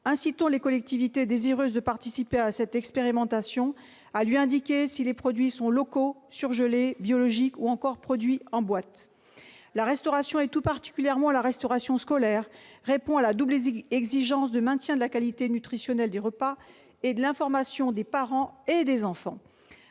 incitons les collectivités désireuses de participer à cette expérimentation à lui indiquer si les produits sont locaux, surgelés, biologiques, ou encore en boîte. La restauration scolaire, en particulier, répond à une double exigence de maintien de la qualité nutritionnelle des repas et d'information des parents et des enfants.